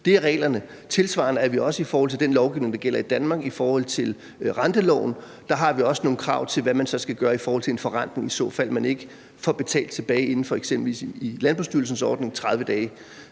Det er reglerne. Tilsvarende har vi i forhold til den lovgivning, der gælder i Danmark, i forhold til renteloven, også nogle krav til, hvad man så skal gøre i forhold til en forrentning, i fald man ikke får betalt tilbage inden for eksempelvis i Landbrugsstyrelsens ordning 30 dage.